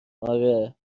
آره